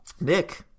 Nick